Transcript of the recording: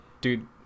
dude